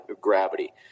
gravity